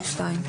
6ג(2).